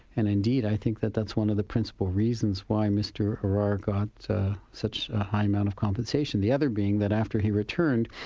and indeed i think that that's one of the principal reasons why mr arar got such a high amount of compensation, the other being that after he returned,